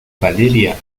valeria